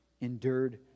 endured